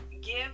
Give